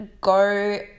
go